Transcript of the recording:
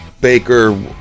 baker